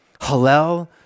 Hallel